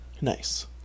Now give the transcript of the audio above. Nice